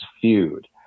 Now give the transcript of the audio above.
feud